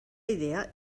idea